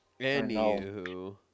Anywho